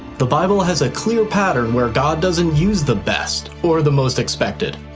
the bible has a clear pattern where god doesn't use the best or the most expected.